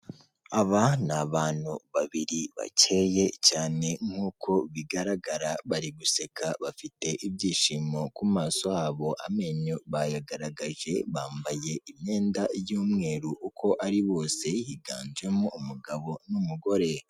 Aba ni abantu babiri bacyeye cyane nkuko bigaragara bari guseka bafite ibyishimo ku maso habo, amenyo bayagaragaje, bambaye imyenda y'umweru uko ari bose, higanjemo umugabo n'umugore.